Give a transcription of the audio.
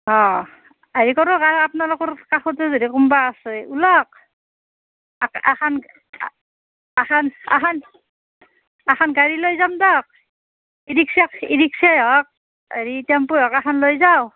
অঁ হেৰি কৰোক আপনালোকোৰ কাষতো যদি কোনবা আছেই উলাক আখান আখান আখান গাড়ী লৈ যাম দক ই ৰিক্সাই ই ৰিক্সাই হক হেৰি টেম্পোই হক এখান লৈ যাওঁ